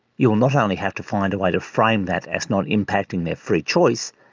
you will not only have to find a way to frame that as not impacting their free choice,